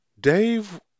Dave